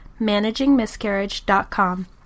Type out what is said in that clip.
managingmiscarriage.com